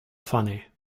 funny